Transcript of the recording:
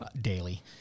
Daily